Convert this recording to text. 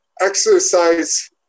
exercise